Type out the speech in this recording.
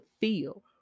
feel